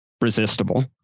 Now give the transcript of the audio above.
resistible